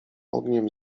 ogniem